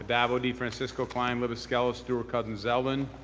addabbo, defrancisco, klein, libous, skelos, stewart-cousins, zeldin.